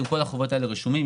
כל החובות האלה רשומים,